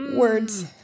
Words